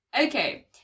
Okay